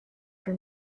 for